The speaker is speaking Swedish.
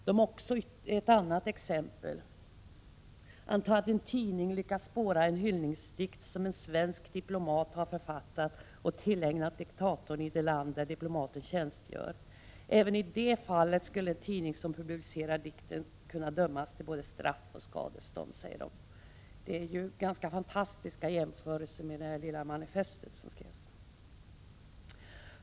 Motionärerna ger ytterligare ett exempel: ”Anta att en tidning lyckas spåra en hyllningsdikt som en svensk diplomat har författat och tillägnat diktatorn i det land där diplomaten tjänstgör.” Även i det fallet skulle en tidning som publicerar dikten kunna dömas till både straff och skadestånd, framhåller de — det är ganska fantastiska jämförelser med anledning av det lilla manifest som det gäller.